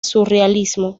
surrealismo